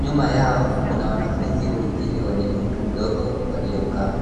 Nyuma yao kuna wanafunzi wengine wenye umri mdogo waliokaa.